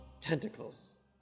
tentacles